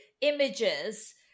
images